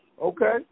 Okay